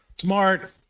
Smart